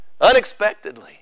unexpectedly